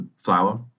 flour